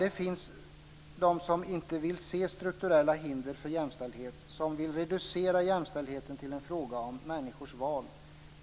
Det finns de som inte vill se strukturella hinder för jämställdhet och som vill reducera jämställdheten till en fråga om människors val.